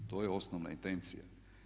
To je osnovna intencija.